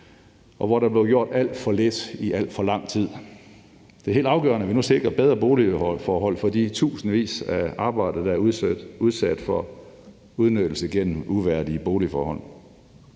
og hvor der er blevet gjort alt for lidt i alt for lang tid. Det er helt afgørende, at vi nu sikrer bedre boligforhold for de tusindvis af arbejdere, der er udsat for udnyttelse gennem uværdige boligforhold.